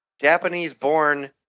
Japanese-born